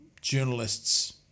journalist's